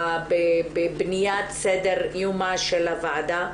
בבניית סדר יומה של הוועדה,